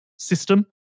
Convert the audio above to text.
system